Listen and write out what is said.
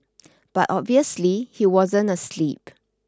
but obviously he wasn't asleep